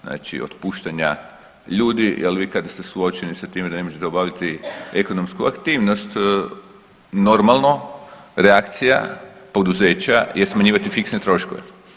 Znači otpuštanja ljudi, jer vi kada ste suočeni sa time da ne možete obaviti ekonomsku aktivnost normalno reakcija poduzeća je smanjivati fiksne troškove.